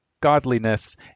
godliness